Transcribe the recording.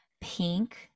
pink